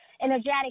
energetic